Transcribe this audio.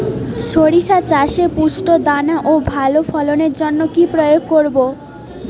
শরিষা চাষে পুষ্ট দানা ও ভালো ফলনের জন্য কি প্রয়োগ করব?